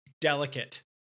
Delicate